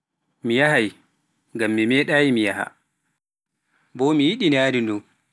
Mi yahai ngam mi meɗayi mi yahha, boo mi yiɗi yandu nun.